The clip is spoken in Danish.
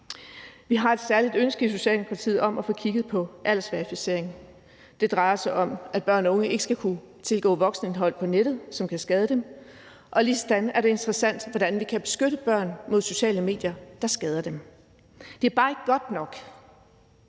Vi har et særligt ønske i Socialdemokratiet om at få kigget på aldersverificering. Det drejer sig om, at børn og unge ikke skal kunne tilgå voksenindhold på nettet, som kan skade dem, og ligesådan er det interessant, hvordan vi kan beskytte børn mod sociale medier, der skader dem. Det er bare ikke godt nok,